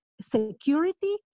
security